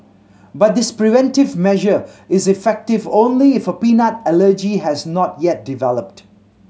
but this preventive measure is effective only if a peanut allergy has not yet developed